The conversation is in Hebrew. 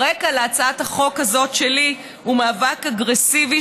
הרקע להצעת החוק הזאת שלי הוא מאבק אגרסיבי